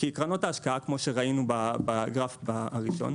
כי קרנות ההשקעה כמו שראינו בגרף הראשון,